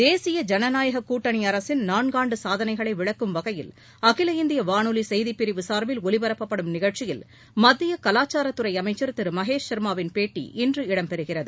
தேசிய ஜனநாயகக் கூட்டணி அரசின் நான்காண்டு சாதனைகளை விளக்கும் வகையில் அகில இந்திய வாளொலி செய்திப்பிரிவு சார்பில் ஒலிபரப்பப்படும் நிகழ்ச்சியில் மத்திய கவாச்சாரத்துறை அமைச்சர் திரு மகேஷ் சர்மாவின் பேட்டி இன்று இடம்பெறுகிறது